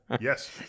Yes